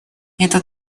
это